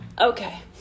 Okay